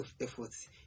efforts